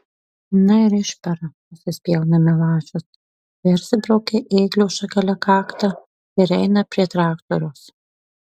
na ir išpera nusispjauna milašius persibraukia ėglio šakele kaktą ir eina prie traktoriaus